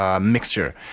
mixture